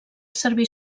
servir